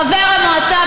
חבר המועצה,